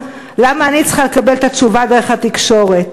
למה אני צריכה לקבל את התשובה דרך התקשורת?